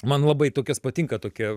man labai tokias patinka tokie